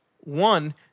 One